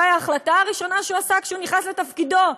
וזו אולי ההחלטה הראשונה שהוא קיבל כשנכנס לתפקידו,